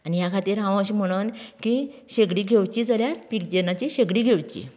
आनी ह्या खातीर हांव अशें म्हणन की शेगडी घेवची जाल्यार पिजनाची शेगडी घेवची